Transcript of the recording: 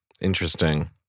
Interesting